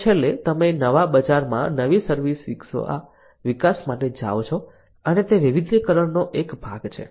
અને છેલ્લે તમે નવા બજારમાં નવી સર્વિસ વિકાસ માટે જાઓ છો અને તે વૈવિધ્યકરણનો એક ભાગ છે